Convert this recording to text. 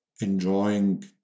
enjoying